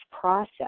process